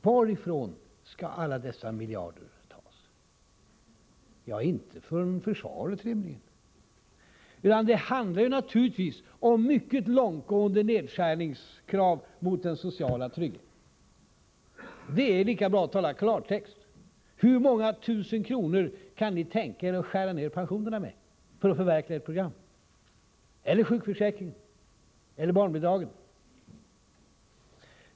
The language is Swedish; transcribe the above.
Varifrån skall alla dessa miljarder tas? Det är rimligen inte från försvaret, utan det handlar naturligtvis om mycket långtgående nedskärningskrav mot den sociala tryggheten. Det är lika bra att tala klartext: Med hur många tusen kronor kan ni tänka er att skära ned pensionerna, sjukförsäkringen eller barnbidragen för att förverkliga ert program?